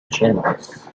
channels